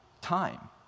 time